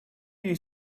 you